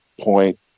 point